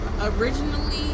originally